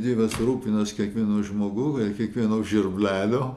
dievas rūpinasi kiekvienu žmogum ir kiekvieno žvirblelio